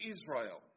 Israel